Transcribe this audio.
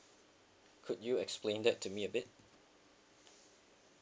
could you explain that to me a bit